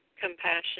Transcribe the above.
Compassion